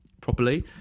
properly